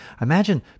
imagine